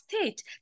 state